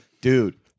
dude